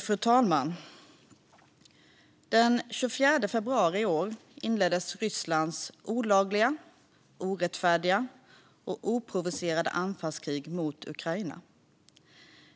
Fru talman! Den 24 februari i år inleddes Rysslands olagliga, orättfärdiga och oprovocerade anfallskrig mot Ukraina.